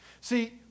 See